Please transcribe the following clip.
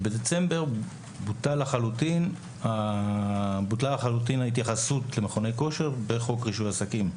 ובדצמבר בוטלה לחלוטין ההתייחסות למכוני כושר בחוק רישוי עסקים.